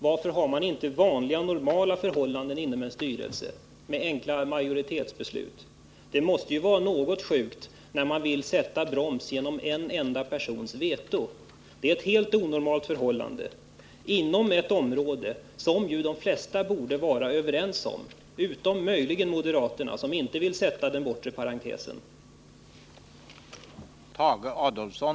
Varför har man inte inom en styrelse normala förhållanden med enkelt majoritetsbeslut? Det måste ju vara något sjukt när man vill sätta broms genom en enda persons veto. Det är ett helt onormalt förhållande inom ett område som ju de flesta borde vara överens om — utom möjligen moderaterna, som inte vill sätta den bortre parentesen.